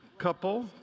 Couple